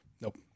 Nope